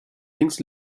links